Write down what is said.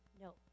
No